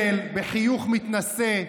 עומד כאן הנדל בחיוך מתנשא,